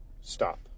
stop